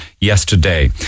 yesterday